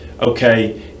okay